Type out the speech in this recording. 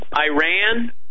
Iran